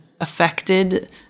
affected